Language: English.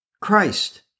Christ